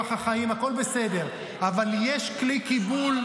אורח החיים, הכול בסדר, אבל יש כלי קיבול.